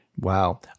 Wow